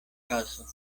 caso